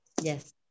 yes